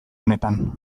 honetan